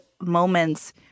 moments